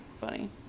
funny